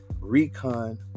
Recon